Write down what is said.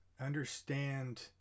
understand